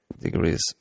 degrees